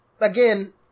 again